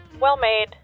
well-made